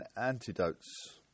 antidotes